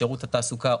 שירות התעסוקה,